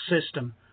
system